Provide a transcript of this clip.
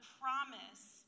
promise